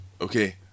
okay